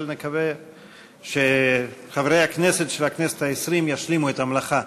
אבל נקווה שחברי הכנסת של הכנסת העשרים ישלימו את המלאכה.